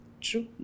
True